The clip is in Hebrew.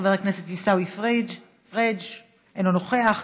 חבר הכנסת עיסאווי פריג' אינו נוכח,